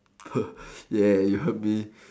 ya ya you heard me